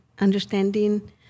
understanding